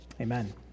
Amen